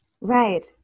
Right